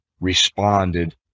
responded